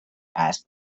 ask